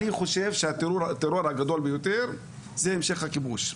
אני חושב שהטרור הגדול ביותר זה המשך הכיבוש.